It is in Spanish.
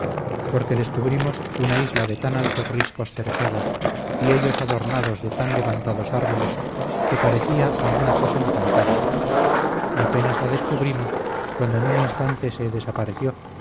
porque descubrimos una isla de tan altos riscos cercada y ellos adornados de tan levantados árboles que parecía alguna cosa encantada y apenas la descubrimos cuando en un instante se desapareció